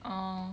orh